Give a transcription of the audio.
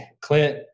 Clint